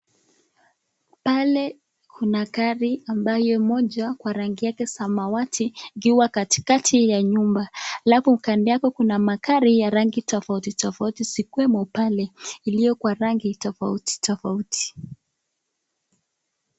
Pale, kuna gari, ambayo moja, kwa rangi yake samawati, ikiwa katikati ya nyumba, alafu kando yake kuna magari ya rangi tofauti tofauti, zote zikiwemo pale ilio kwa rangi tofauti tofauti.